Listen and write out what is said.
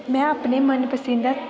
में अपने मन पसिंद